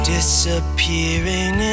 Disappearing